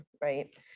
right